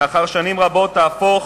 לאחר שנים רבות, תהפוך